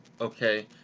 okay